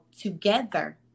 together